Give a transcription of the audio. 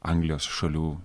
anglijos šalių